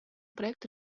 проекта